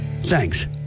Thanks